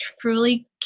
truly